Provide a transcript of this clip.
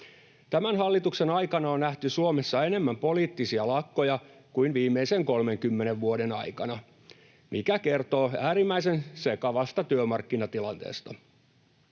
Tämän hallituksen aikana on nähty Suomessa enemmän poliittisia lakkoja kuin viimeisen 30 vuoden aikana, mikä kertoo äärimmäisen sekavasta työmarkkinatilanteesta.